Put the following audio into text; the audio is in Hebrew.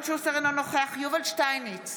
נוכח יובל שטייניץ,